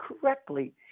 correctly